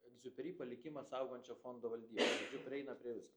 egziuperi palikimą saugančio fondo valdyboj žodžiu prieina prie visko